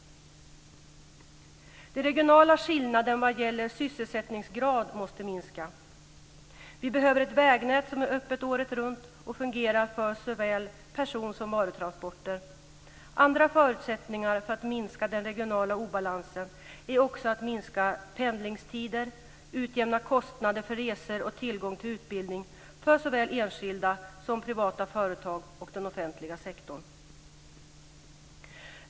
Den regionala skillnaden vad gäller sysselsättningsgrad måste minska. Vi behöver ett vägnät som är öppet året runt och fungerar för såväl person som varutransporter. Andra förutsättningar för att minska den regionala obalansen är också att minska pendlingstider, utjämna kostnader för resor och tillgång till utbildning för såväl enskilda som privata företag och den offentliga sektorn.